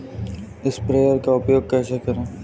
Sprayer का उपयोग कैसे करें?